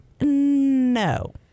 No